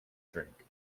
drink